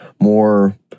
More